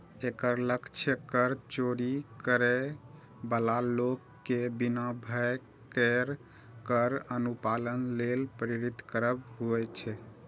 एकर लक्ष्य कर चोरी करै बला लोक कें बिना भय केर कर अनुपालन लेल प्रेरित करब होइ छै